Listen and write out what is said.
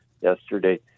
yesterday